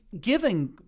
giving